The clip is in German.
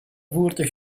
wurde